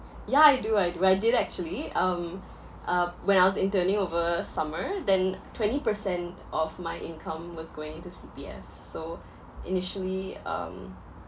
ya I do I do I did actually um uh when I was interning over summer then twenty percent of my income was going to C_P_F so initially um